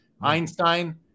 Einstein